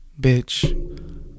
Bitch